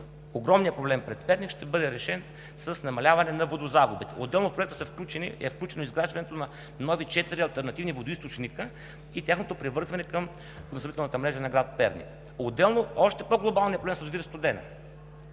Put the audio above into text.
огромният проблем пред Перник ще бъде решен с намаляване на водозагубите. Отделно в Проекта е включено изграждането на нови четири алтернативни водоизточника и тяхното привързване към водоснабдителната мрежа на град Перник. Отделно е още по-глобалният проблем с язовир „Студена“.